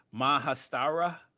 Mahastara